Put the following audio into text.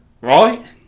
Right